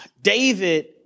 David